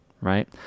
right